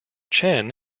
chen